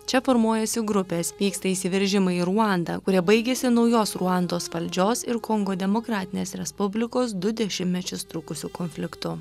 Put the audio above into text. čia formuojasi grupės vyksta įsiveržimai į ruandą kurie baigiasi naujos ruandos valdžios ir kongo demokratinės respublikos du dešimtmečius trukusiu konfliktu